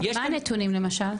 מה הנתונים למשל?